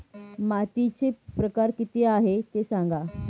मातीचे प्रकार किती आहे ते सांगा